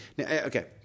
Okay